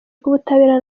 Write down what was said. rw’ubutabera